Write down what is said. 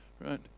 right